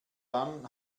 dann